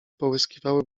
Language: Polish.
połyskiwały